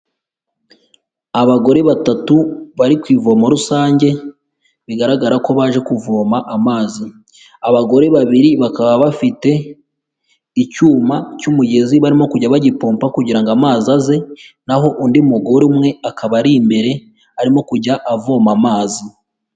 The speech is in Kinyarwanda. Abagore batatu bari ku ivomo rusange, bigaragara ko baje kuvoma amazi, abagore babiri bakaba bafite icyuma cy'umugezi barimo kujya bagipompa kugira ngo amazi aze, naho undi mugore umwe akaba ari imbere arimo kujya avoma amazi.